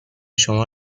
شما